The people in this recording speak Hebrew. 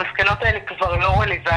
המסקנות האלה כבר לא רלוונטיות,